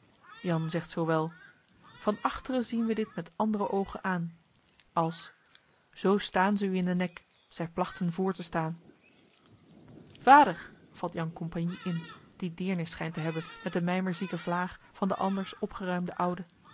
jan zegt zoowel van achter zien we dit met andere ooghen aan als zoo staan ze u in den nek zij plaghten voor te staan vader valt jan compagnie in die deernis schijnt te hebben met de mijmerzieke vlaag van den anders opgeruimden oude